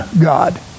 God